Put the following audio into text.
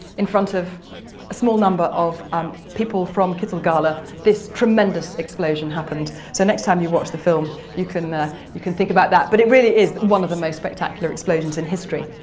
in front of a small number of um people from kitulgala, this tremendous explosion happened. so, next time you watch the film you can ah you can think about that, but it really is one of the most spectacular explosions in history.